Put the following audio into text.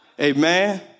Amen